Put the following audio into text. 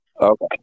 Okay